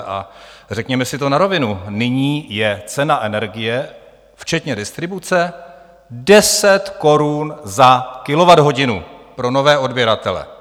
A řekněme na rovinu, nyní je cena energie včetně distribuce 10 korun za kilowatthodinu pro nové odběratele.